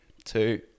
Two